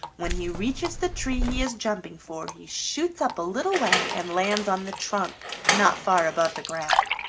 when he reaches the tree he is jumping for he shoots up a little way and lands on the trunk not far above the ground.